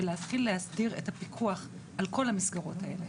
ולהתחיל להסדיר את הפיקוח על כל המסגרות האלה.